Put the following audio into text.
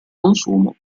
consumo